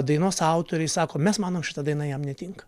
dainos autoriai sako mes manom šita daina jam netinka